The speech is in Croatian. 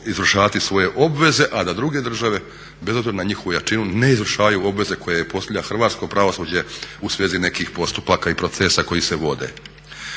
izvršavati svoje obveze a da druge države bez obzira na njihovu jačinu ne izvršavaju obveze koje postavlja hrvatsko pravosuđe u svezi nekih postupaka i procesa koji se vode.